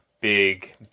big